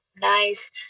nice